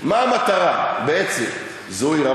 מה המטרה בעצם, זוהיר?